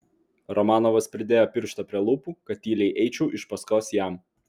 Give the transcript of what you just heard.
romanovas pridėjo pirštą prie lūpų kad tyliai eičiau iš paskos jam